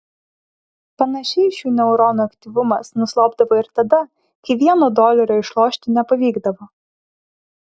panašiai šių neuronų aktyvumas nuslopdavo ir tada kai vieno dolerio išlošti nepavykdavo